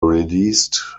released